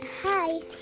Hi